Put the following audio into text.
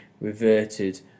reverted